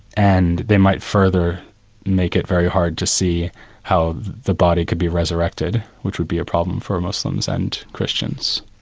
and they might further make it very hard to see how the body could be resurrected, which would be a problem for muslims and christians.